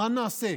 מה נעשה?